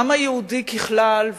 העם היהודי ככלל,